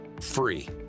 free